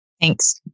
Thanks